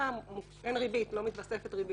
אין ריבית, לא מתווספת ריבית.